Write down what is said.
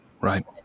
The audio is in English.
Right